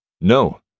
No